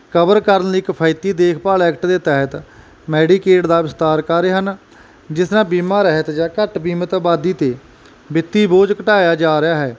cover ਕਰਨ ਲਈ ਕਫਾਇਤੀ ਦੇਖਭਾਲ ਐਕਟ ਦੇ ਤਹਿਤ ਮੈਡੀਕੇਟ ਦਾ ਵਿਸਤਾਰ ਕਰ ਰਹੇ ਹਨ ਜਿਸ ਤਰ੍ਹਾਂ ਬੀਮਾ ਰਹਿਤ ਜਾਂ ਘੱਟ ਬੀਮਤ ਆਬਾਦੀ ਤੇ ਵਿੱਤੀ ਬੋਝ ਘਟਾਇਆ ਜਾ ਰਿਹਾ ਹੈ